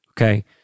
okay